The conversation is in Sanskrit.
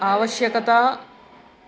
आवश्यकता